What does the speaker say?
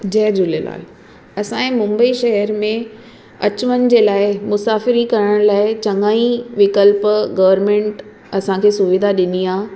जय झूलेलाल असांजे मुंबई शहर में अचु वञ जे लाइ मुसाफ़िरी करण लाइ चङा ई विकल्प गवरमेंट असांखे सुविधा ॾिनी आहे